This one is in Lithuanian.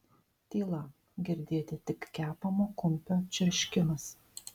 tyla girdėti tik kepamo kumpio čirškimas